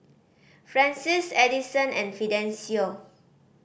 Francies Edison and Fidencio